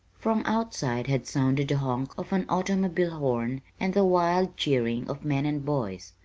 from outside had sounded the honk of an automobile horn and the wild cheering of men and boys.